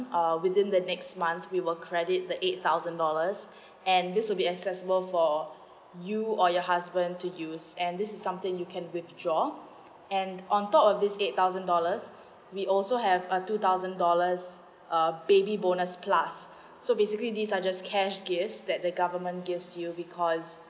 uh within the next month we were credit the eight thousand dollars and this will be accessible for you or your husband to use and this is something you can withdraw and on top of this eight thousand dollars we also have err two thousand dollars uh baby bonus plus so basically these are just cash gift that the government gives you because